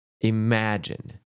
imagine